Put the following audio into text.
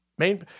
Main